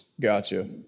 Gotcha